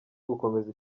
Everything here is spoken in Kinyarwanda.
gukomeza